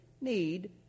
need